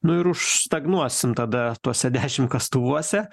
nu ir užstagnuosim tada tuose dešim kastuvuose